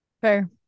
Fair